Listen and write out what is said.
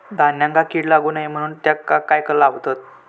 धान्यांका कीड लागू नये म्हणून त्याका काय लावतत?